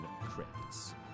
crypts